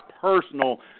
personal